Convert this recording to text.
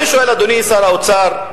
אדוני שר האוצר,